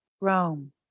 Rome